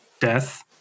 death